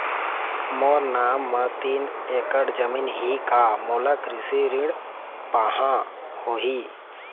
मोर नाम म तीन एकड़ जमीन ही का मोला कृषि ऋण पाहां होही?